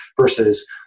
versus